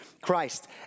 Christ